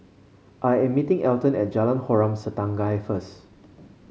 I am meeting Elton at Jalan Harom Setangkai first